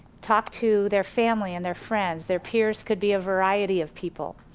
talk to their family and their friends, their peers could be a variety of people.